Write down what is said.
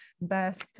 best